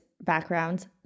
backgrounds